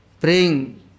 Praying